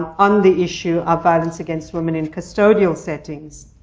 on the issue of violence against women in custodial settings.